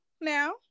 now